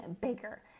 bigger